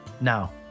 Now